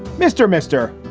mr. mr.